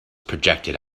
projected